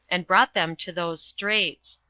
and brought them to those straits.